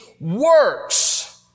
works